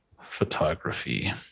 photography